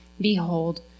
Behold